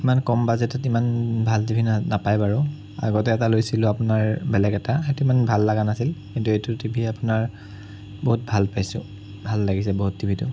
ইমান কম বাজেটত ইমান ভাল টিভি নাপায়ে বাৰু আগতে এটা লৈছিলো আপোনাৰ বেলেগ এটা সেইটো ইমান ভাল লগা নাছিল কিন্তু এইটো টিভি আপোনাৰ বহুত ভাল পাইছোঁ ভাল লাগিছে বহুত টিভিটো